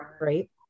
right